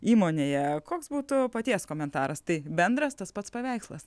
įmonėje koks būtų paties komentaras tai bendras tas pats paveikslas